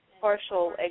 partial